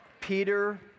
Peter